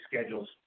schedules